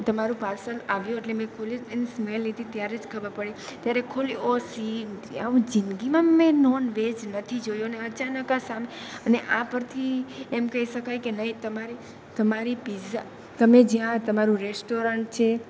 તમારુંં parcel આવ્યું એટલે મેં ખોલ્યું એની સ્મેલ લીધી ત્યારે જ ખબર પડી ત્યારે ખોલ્યું ઓ સી આવું જિંદગીમાં મેં નોન વેજ નથી જોયું અને અચાનક આ સામે અને આ પરથી એમ કહી શકાય કે તમારે તમારી પિઝા તમે જ્યાં તમારું રેસ્ટોરન્ટ છે